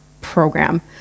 program